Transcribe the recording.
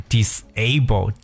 Disable